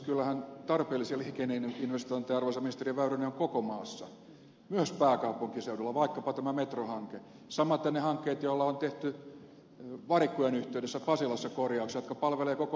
kyllähän tarpeellisia liikenneinvestointeja arvoisa ministeri väyrynen on koko maassa myös pääkaupunkiseudulla vaikkapa tämä metrohanke samaten ne hankkeet joilla on tehty varikkojen yhteydessä pasilassa korjauksia jotka palvelevat koko maata